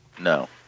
No